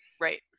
right